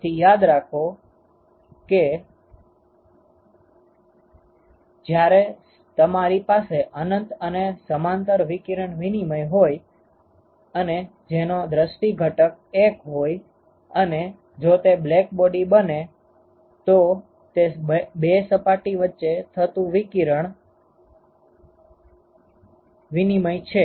તેથી યાદ રાખો કે જયારે તમારી પાસે અનંત અને સમાંતર વિકિરણ વિનિમય હોઈ અને જેનો દ્રષ્ટી ઘટક 1 હોઈ અને જો તે બ્લેક્બોડી બને તો તે બે સપાટી વચ્ચે થતું વિકિરણ વિનિમય છે